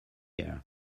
year